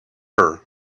her